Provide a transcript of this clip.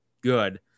good